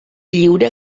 lliure